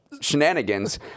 shenanigans